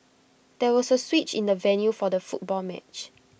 there was A switch in the venue for the football match